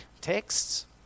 texts